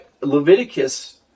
Leviticus